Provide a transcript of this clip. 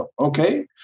Okay